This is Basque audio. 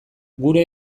gure